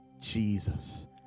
Jesus